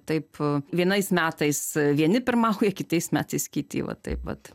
taip vienais metais vieni pirmauja kitais metais kiti va taip vat